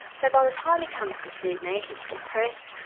so by the time he comes to see me he's depressed,